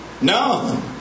No